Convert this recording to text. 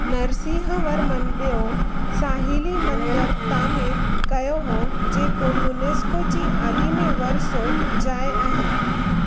नरसिंह वर्मन ॿियो साहिली मंदरु तामीरु कयो हो जेको यूनैस्को जी आलिमी वरिसो जाइ आहे